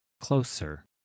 closer